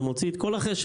זה מוציא את כל החשק.